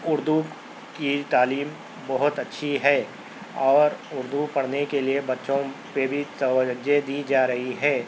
اردو کی تعلیم بہت اچھی ہے اور اردو پڑھنے کے لئے بچوں پہ بھی توجہ دی جا رہی ہے